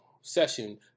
session